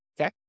Okay